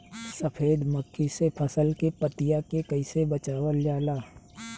सफेद मक्खी से फसल के पतिया के कइसे बचावल जाला?